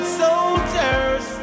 soldiers